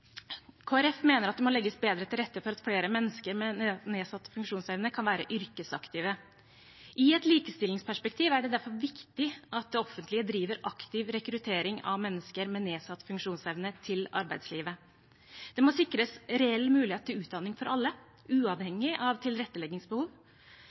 mener at det må legges bedre til rette for at flere mennesker med nedsatt funksjonsevne kan være yrkesaktive. I et likestillingsperspektiv er det derfor viktig at det offentlige driver aktiv rekruttering av mennesker med nedsatt funksjonsevne til arbeidslivet. Det må sikres reell mulighet til utdanning for alle,